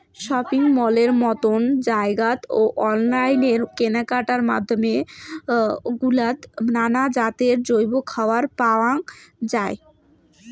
shopping মলের মতন জাগাত ও অনলাইন কেনাকাটার মাধ্যম গুলাত নানান জাতের জৈব খাবার পাওয়াং যাই